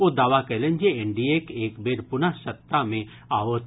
ओ दावा कयलनि जे एनडीए एक बेर पुनः सत्ता मे आओत